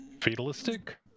Fatalistic